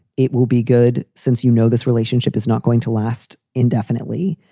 it will be good since, you know, this relationship is not going to last indefinitely.